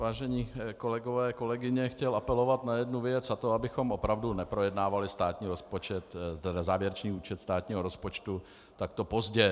Vážení kolegové, kolegyně, chtěl bych apelovat na jednu věc, a to abychom opravdu neprojednávali státní rozpočet, tedy závěrečný účet státního rozpočtu takto pozdě.